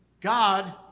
God